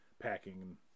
packing